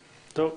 טוב.